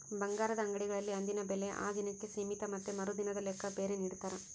ಬಂಗಾರದ ಅಂಗಡಿಗಳಲ್ಲಿ ಅಂದಿನ ಬೆಲೆ ಆ ದಿನಕ್ಕೆ ಸೀಮಿತ ಮತ್ತೆ ಮರುದಿನದ ಲೆಕ್ಕ ಬೇರೆ ನಿಡ್ತಾರ